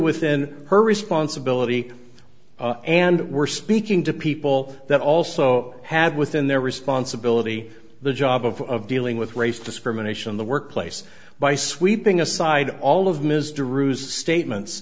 within her responsibility and were speaking to people that also had within their responsibility the job of dealing with race discrimination in the workplace by sweeping aside all of ms to roost statements